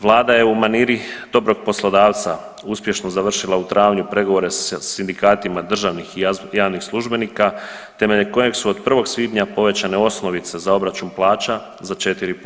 Vlada je u maniri dobrog poslodavca uspješno završila u travnju pregovore sa sindikatima državnih i javnih službenika temeljem kojeg su od 1. svibnja povećane osnovice za obračun plaća za 4%